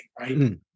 right